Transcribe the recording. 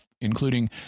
including